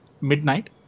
midnight